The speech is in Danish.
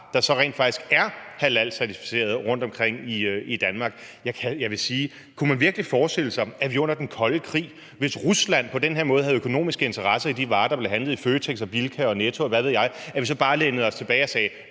der så rent faktisk er halalcertificerede rundtomkring i Danmark. Kunne man virkelig forestille sig, at vi under den kolde krig, hvis Rusland på den her måde havde haft økonomiske interesser i de varer, der blev handlet i Føtex, Bilka, Netto, og hvad ved jeg, så bare hade lænet os tilbage og sagt: